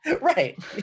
Right